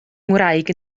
ngwraig